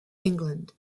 england